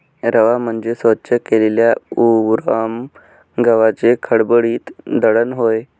रवा म्हणजे स्वच्छ केलेल्या उरम गव्हाचे खडबडीत दळण होय